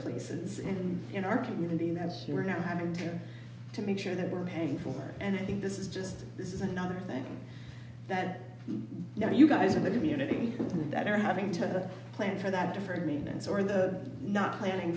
places and in our community you know as you are now having to make sure that we're paying for and i think this is just this is another thing that you know you guys in the community that are having to plan for that deferred maintenance or the not planning